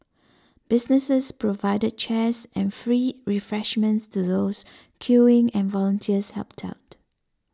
businesses provided chairs and free refreshments to those queuing and volunteers helped out